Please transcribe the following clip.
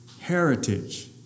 heritage